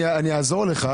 אני אעזור לך,